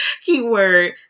keyword